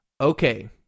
Okay